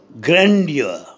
grandeur